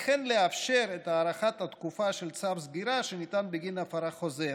וכן לאפשר את הארכת התקופה של צו סגירה שניתן בגין הפרה חוזרת,